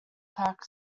pact